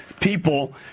People